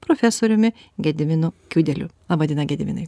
profesoriumi gediminu kiudeliu laba diena gediminai